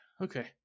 Okay